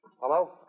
Hello